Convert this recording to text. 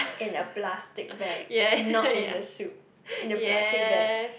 in a plastic bag not in the soup in a plastic bag